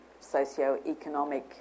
socioeconomic